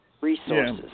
resources